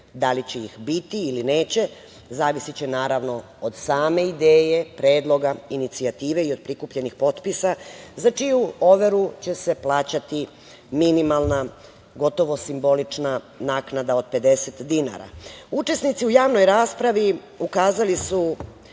Da li će ih biti ili neće, zavisiće od same ideje, predloga, inicijative i od prikupljenih potpisa za čiju overu će se plaćati minimalna, gotovo simbolična naknada od 50 dinara. Učesnici u javnoj raspravi ukazali su